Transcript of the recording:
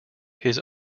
his